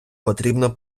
потрібно